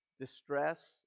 distress